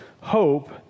hope